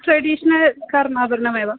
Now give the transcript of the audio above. traditional कर्णाभरणमेव